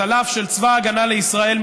צלף של צבא הגנה לישראל,